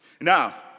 Now